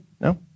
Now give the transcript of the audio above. No